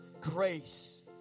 grace